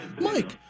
mike